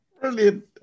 brilliant